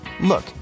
look